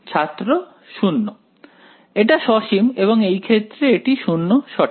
ছাত্র 0 এটা সসীম এবং এই ক্ষেত্রে এটি 0 সঠিক